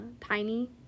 tiny